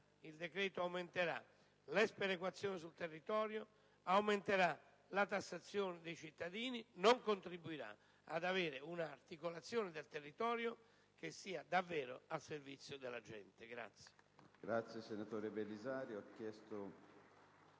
il decreto aumenterà la sperequazione sul territorio, la tassazione dei cittadini e non contribuirà ad una articolazione del territorio che sia davvero al servizio della gente.